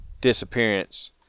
disappearance